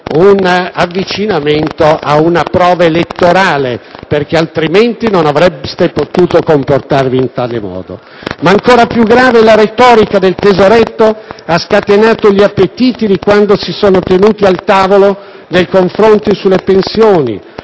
un avvicinamento ad una prova elettorale, perché, altrimenti, non avreste potuto comportarvi in tale modo. Ma - fatto ancor più grave - la retorica del tesoretto ha scatenato gli appetiti di quanti si sono seduti al tavolo del confronto sulle pensioni,